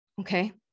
okay